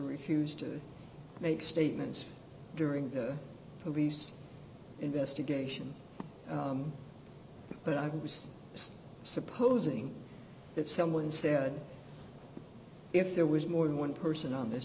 refused to make statements during the police investigation but i was supposing that someone said if there was more than one person on this